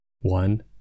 One